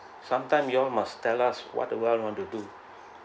sometime you all must tell us what the well you want to do